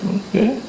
okay